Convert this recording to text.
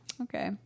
Okay